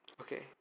Okay